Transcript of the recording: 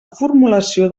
formulació